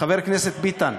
חבר הכנסת ביטן,